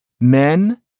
men